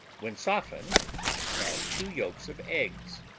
when softened add two yolks of eggs,